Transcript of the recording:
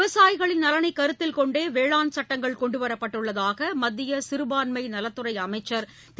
விவசாயிகளின் நலனைகருத்தில் கொண்டேவேளாண் சட்டங்கள் கொண்டுவரப்பட்டுள்ளதாக மத்தியசிறுபான்மைநலத்துறைஅமைச்சர் திரு